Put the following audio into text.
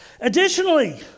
Additionally